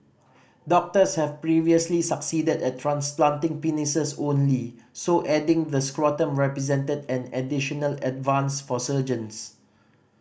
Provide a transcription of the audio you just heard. doctors have previously succeeded at transplanting penises only so adding the scrotum represented an additional advance for surgeons